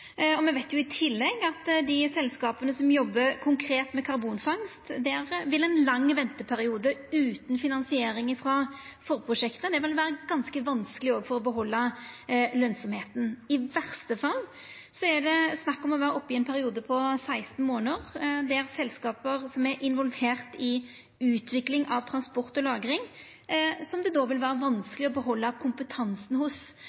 i tillegg at for dei selskapa som jobbar konkret med karbonfangst, vil ein lang venteperiode utan finansiering frå forprosjekta vera ganske vanskeleg, òg for å behalda lønsemnda. I verste fall er det snakk om opp mot ein periode på 16 månader, der det for selskap som er involverte i utvikling av transport og lagring,